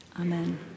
Amen